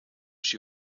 she